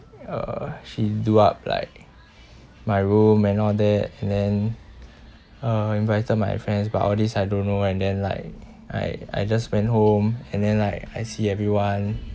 uh she do up like my room and all that and then uh invited my friends but all these I don't know and then like I I just went home and then like I see everyone